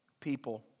people